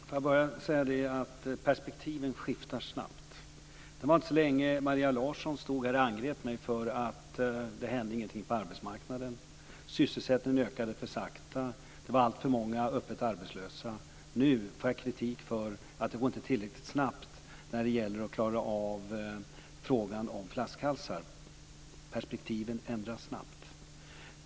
Fru talman! Jag vill börja med att säga att perspektiven skiftar snabbt. Det var inte så länge sedan som Maria Larsson stod här och angrep mig för att ingenting hände på arbetsmarknaden. Sysselsättningen ökade för sakta. Det var alltför många öppet arbetslösa. Nu får jag kritik för att det inte går tillräckligt snabbt att klara av frågan om flaskhalsar. Perspektiven ändras snabbt.